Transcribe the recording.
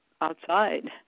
outside